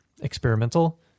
experimental